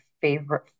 favorite